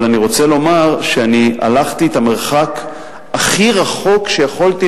אבל אני רוצה לומר שהלכתי את המרחק הכי גדול שיכולתי